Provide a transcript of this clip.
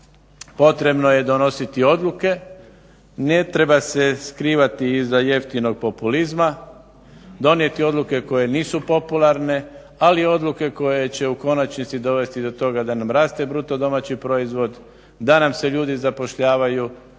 potrebno je donositi odluke. Ne treba se skrivati iza jeftinog populizma, donijeti odluke koje nisu popularne, ali odluke koje će u konačnici dovesti do toga da nam raste bruto domaći proizvod, da nam se ljudi zapošljavaju